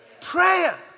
prayer